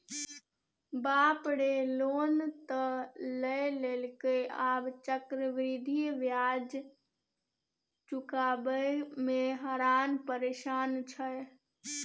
बाप रे लोन त लए लेलकै आब चक्रवृद्धि ब्याज चुकाबय मे हरान परेशान छै